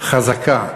חזקה,